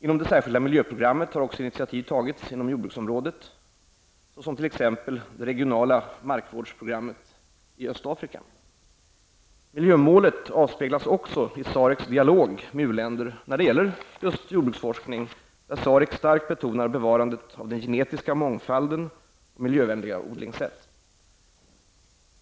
Inom det särskilda miljöprogrammet har också initiativ tagits inom jordbruksområdet, t.ex. det regionala markvårdsprogrammet i Östafrika. Miljömålet avspeglas också i SARECs dialog med u-länder rörande just jordbruksforskning, där SAREC starkt betonar bevarandet av den genetiska mångfalden och miljövänliga odlingssätt.